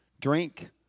drink